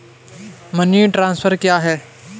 Money transfer क्या है?